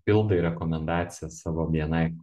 pildai rekomendaciją savo bni